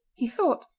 he thought,